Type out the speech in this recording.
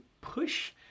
push